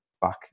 back